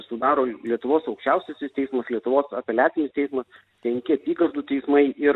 sudaro lietuvos aukščiausiasis teismas lietuvos apeliacinis teismas penki apygardų teismai ir